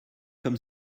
comme